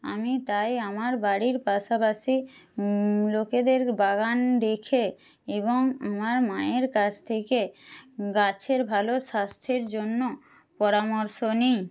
আমি তাই আমার বাড়ির পাশাপাশি লোকেদের বাগান দেখে এবং আমার মায়ের কাছ থেকে গাছের ভালো স্বাস্থ্যের জন্য পরামর্শ নিই